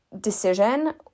decision